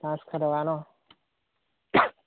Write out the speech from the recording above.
পাঁচশ টকা ন